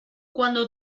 cuando